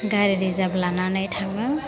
गारि रिजार्ब लानानै थाङो